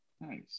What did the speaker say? Nice